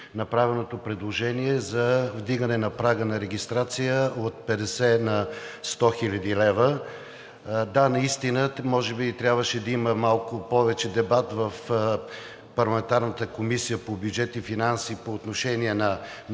направеното предложение за вдигане на прага за регистрация от 50 на 100 хил. лв. Да, наистина може би трябваше да има малко повече дебат в парламентарната Комисия по бюджет и финанси по отношение на